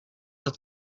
had